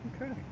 Okay